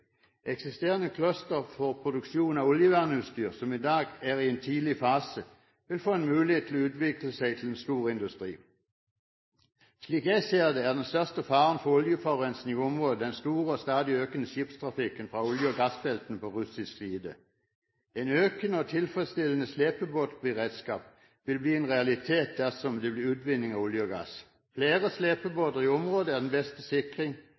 Eksisterende clustere for produksjon av oljevernutstyr, som i dag er i en tidlig fase, vil få en mulighet til å utvikle seg til en stor industri. Slik jeg ser det, er den største faren for oljeforurensning i området den store og stadig økende skipstrafikken fra olje- og gassfeltene på russisk side. En økende og tilfredsstillende slepebåtberedskap vil bli en realitet dersom det blir utvinning av olje og gass. Flere slepebåter i området er den beste sikring